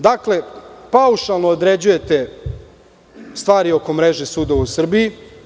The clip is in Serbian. Dakle, paušalno određujete stvari oko mreže sudova u Srbiji.